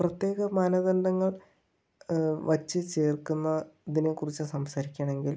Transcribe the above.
പ്രത്യേക മാനദണ്ഡങ്ങൾ വച്ച് ചേർക്കുന്ന ഇതിനെക്കുറിച്ച് സംസാരിക്കണമെങ്കിൽ